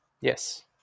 Yes